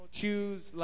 choose